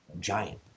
giant